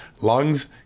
lungs